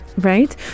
right